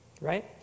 right